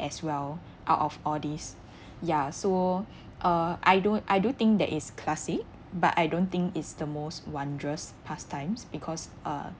as well out of all these ya so uh I don't I do think that it is classic but I don't think is the most wondrous pastimes because uh